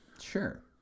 Sure